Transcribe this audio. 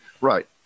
Right